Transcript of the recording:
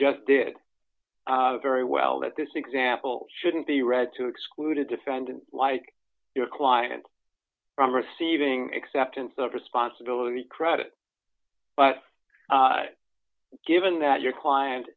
just did very well that this example shouldn't be read to exclude a defendant like your client from receiving acceptance of responsibility credit but given that your client